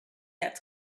had